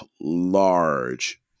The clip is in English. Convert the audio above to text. large